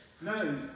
No